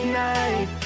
night